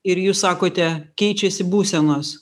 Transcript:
ir jūs sakote keičiasi būsenos